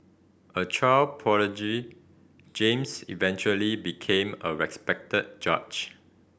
a child prodigy James eventually became a respected judge